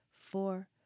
four